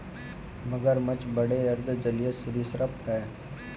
मगरमच्छ बड़े अर्ध जलीय सरीसृप हैं